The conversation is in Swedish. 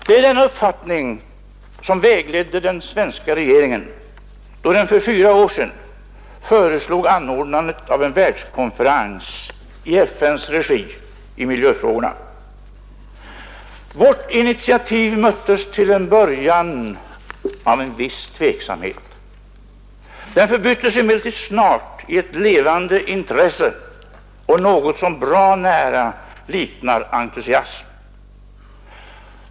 Det var denna uppfattning som vägledde den svenska regeringen då den för fyra år sedan föreslog anordnandet av en världskonferens i FN:s regi i miljöfrågorna. Vårt initiativ möttes till en början med en viss tveksamhet. Den förbyttes emellertid snart i ett levande intresse och något som bra nära liknar entusiasm.